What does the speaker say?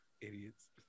Idiots